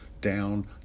down